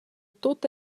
tut